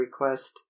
request